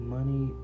Money